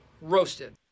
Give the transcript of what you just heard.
Roasted